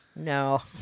No